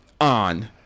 on